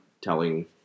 telling